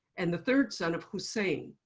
and the third son of hussein,